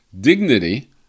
Dignity